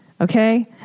Okay